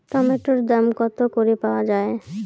টমেটোর দাম কত করে পাওয়া যায়?